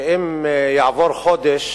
שאם יעבור חודש